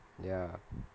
ya